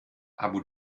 abu